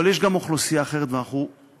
אבל יש גם אוכלוסייה אחרת, ואנחנו מבינים,